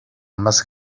más